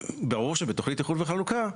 ברור שבתוכנית איחוד וחלוקה,